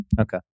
Okay